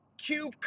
cube